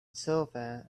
silver